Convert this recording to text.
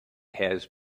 has